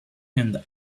and